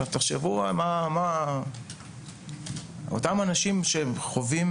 תחשבו מה אותם אנשים מרגישים,